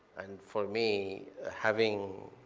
and for me, having